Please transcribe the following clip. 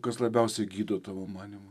kas labiausiai gydo tavo manymu